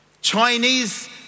Chinese